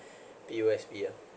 P_O_S_B ah